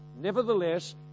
Nevertheless